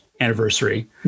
anniversary